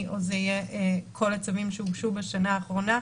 או שזה יהיה כל הצווים שהוגשו בשנה האחרונה.